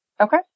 Okay